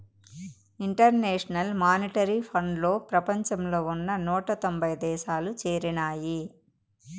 international monetary ఫండ్లో ప్రపంచంలో ఉన్న నూట తొంభై దేశాలు చేరినాయి